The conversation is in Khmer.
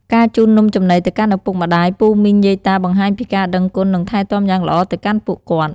ការជូននំចំណីទៅកាន់ឪពុកម្ដាយ ពូមីង យាយតា បង្ហាញពីការដឹងគុណ និងថែទាំយ៉ាងល្អទៅកាន់ពួកគាត់។